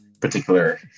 particular